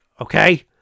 Okay